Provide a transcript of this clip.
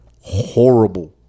horrible